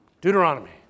Deuteronomy